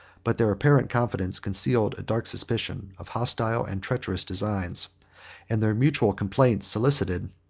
but their apparent confidence concealed a dark suspicion of hostile and treacherous designs and their mutual complaints solicited,